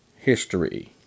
history